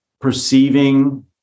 perceiving